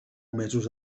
mesos